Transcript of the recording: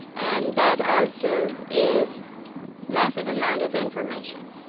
and that also is massive amount of information.